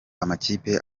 amakipe